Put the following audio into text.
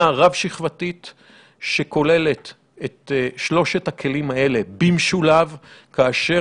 רב-שכבתית שכוללת את שלושת הכלים האלה במשולב כאשר